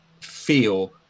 feel